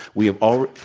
we have all